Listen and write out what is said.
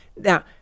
Now